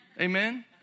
Amen